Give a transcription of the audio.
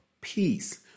peace